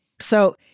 So-